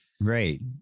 Right